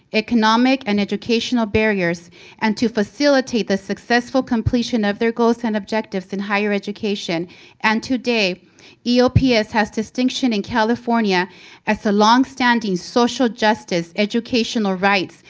economic, and educational barriers and to facilitate the successful completion of their goals and objectives in higher education and, today, eops has distinction in california as a long-standing social justice, educational rights,